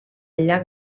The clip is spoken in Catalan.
llac